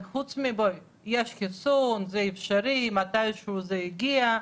חוץ מזה שיש חיסון, זה אפשרי, מתישהו זה יגיע,